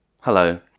Hello